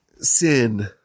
sin